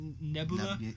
Nebula